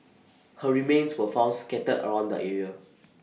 her remains were found scattered around the area